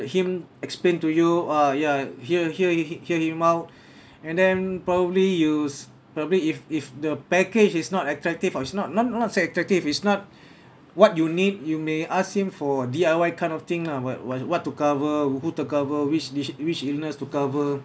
him explain to you ah ya hear hear hi~ hear him out and then probably you's probably if if the package is not attractive or its not not not say attractive is not what you need you may ask him for D_I_Y kind of thing lah what what what to cover who to over which this which illness to cover